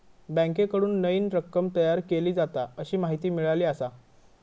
बँकेकडून नईन रक्कम तयार केली जाता, अशी माहिती मिळाली आसा